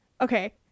Okay